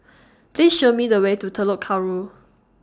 Please Show Me The Way to Telok Kurau